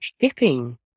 shipping